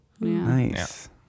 Nice